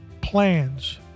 plans